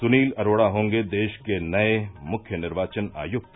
सुनील अरोड़ा होंगे देश के नये मुख्य निर्वाचन आयुक्त